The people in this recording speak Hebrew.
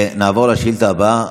נעבור לשאילתה הבאה.